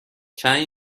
چند